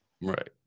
Right